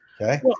Okay